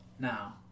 now